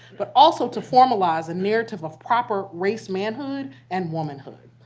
but also to formalize a narrative of proper race manhood and womanhood.